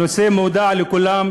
הנושא ידוע לכולם.